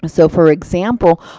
and so for example,